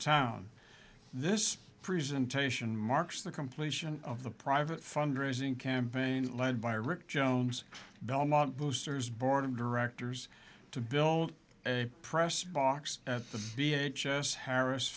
town this presentation marks the completion of the private fundraising campaign led by rick jones belmont boosters board of directors to build a press box at the v h s harris